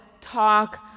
talk